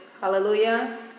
Hallelujah